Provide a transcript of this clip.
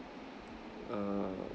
err